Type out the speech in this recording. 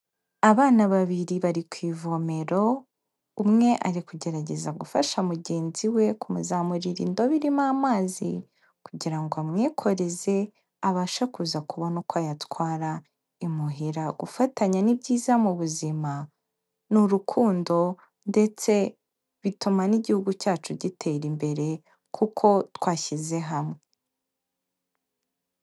Abana babiri bari ku ivomero, umwe ari kugerageza gufasha mugenzi we, kumuzamurira indobo irimo amazi, kugira ngo amwikoreze, abashe kuza kubona uko ayatwara imuhira, gufatanya ni byiza mu buzima, ni urukundo, ndetse bituma n'igihugu cyacu gitera imbere, kuko twashyize hamwe.